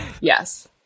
Yes